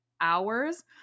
hours